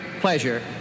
pleasure